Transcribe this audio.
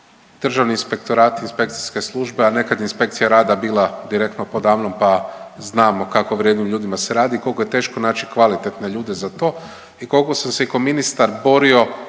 državni inspektorati, inspekcijske službe, a nekad inspekcija rada bila direktno poda mnom pa znamo o kako vrijednim ljudima se radi, koliko je teško naći kvalitetne ljude za to i koliko sam se kao ministar borio